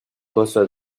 cosa